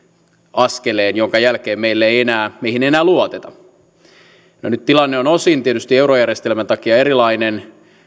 askeleen jonka jälkeen meihin ei enää luoteta no nyt tilanne on osin tietysti eurojärjestelmän takia erilainen